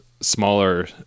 smaller